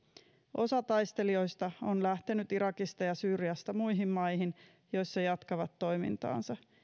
osa taistelijoista on lähtenyt irakista ja syyriasta muihin maihin joissa he jatkavat toimintaansa